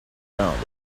founded